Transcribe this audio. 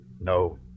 No